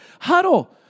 huddle